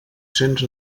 cents